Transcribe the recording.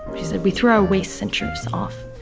she said we throw our waste send troops off.